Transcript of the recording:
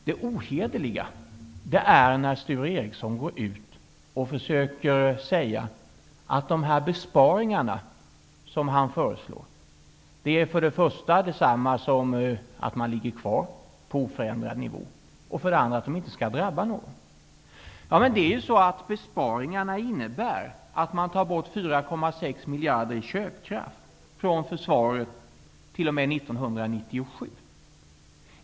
Det ohederliga är att Sture Ericson går ut och säger att de besparingar som han föreslår för det första innebär att man ligger kvar på oförändrad nivå och för det andra inte drabbar någon. Besparingarna innebär att man tar bort 4,6 miljarder i köpkraft från försvaret t.o.m. 1997.